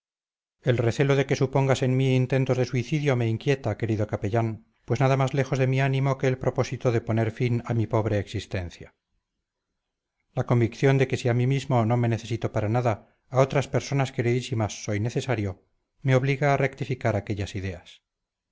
el recelo de que supongas en mí intentos de suicidio me inquieta querido capellán pues nada más lejos de mi ánimo que el propósito de poner fin a mi pobre existencia la convicción de que si a mí mismo no me necesito para nada a otras personas queridísimas soy necesario me obliga a rectificar aquellas ideas